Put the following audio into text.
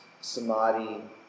samadhi